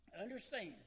understand